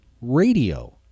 radio